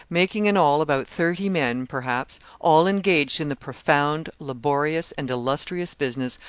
making in all about thirty men, perhaps, all engaged in the profound, laborious, and illustrious business,